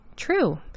True